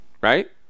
Right